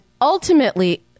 ultimately